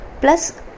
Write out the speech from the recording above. Plus